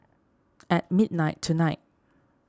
at midnight tonight